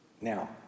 Now